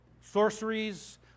sorceries